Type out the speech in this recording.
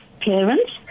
Parents